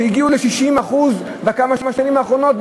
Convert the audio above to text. שהגיעו לעליית מחירים של 60% בשנים האחרונות,